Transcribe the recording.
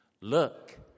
Look